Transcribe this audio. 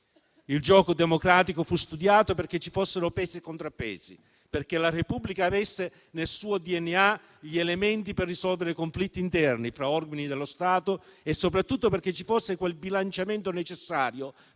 Il gioco democratico fu studiato perché ci fossero pesi e contrappesi, perché la Repubblica avesse nel suo DNA gli elementi per risolvere i conflitti interni fra organi dello Stato e soprattutto perché ci fosse quel bilanciamento necessario